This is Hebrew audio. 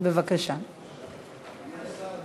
והבריאות